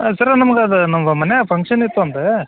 ಹಾಂ ಸರ ನಮಗದು ನಮ್ಗೆ ಮನ್ಯಾಗೆ ಫಂಕ್ಷನ್ ಇತ್ತು ಒಂದು